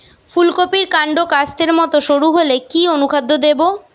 ফুলকপির কান্ড কাস্তের মত সরু হলে কি অনুখাদ্য দেবো?